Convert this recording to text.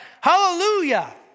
Hallelujah